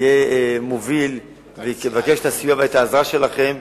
אהיה מוביל ואבקש את הסיוע והעזרה שלכם